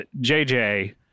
jj